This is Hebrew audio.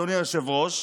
אדוני היושב-ראש,